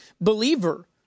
believer